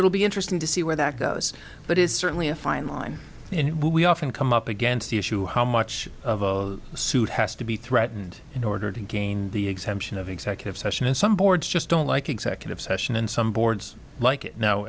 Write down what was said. it'll be interesting to see where that goes but is certainly a fine line in who we often come up against the issue how much of a suit has to be threatened in order to gain the exemption of executive session and some boards just don't like executive session and some boards like it know